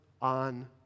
on